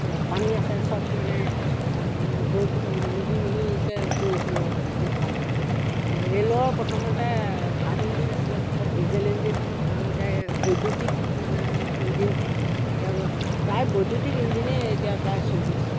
ক'ৰবাত পানী আছে চব মানে গৈ মিহি মিহিকৈ গৈ থাকিব পাৰে খুব ভাল লাগে ৰে'লৰ প্ৰথমতে ভাপ ইঞ্জিন আছিলে তাৰপিছত ডিজেল ইঞ্জিন হ'ল আৰু এতিয়া বৈদ্যুতিক মানে ইঞ্জিন হ'ল এতিয়া প্ৰায় বৈদ্যুতিক ইঞ্জিনে এতিয়া প্ৰায় চলি আছে